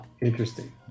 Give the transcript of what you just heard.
interesting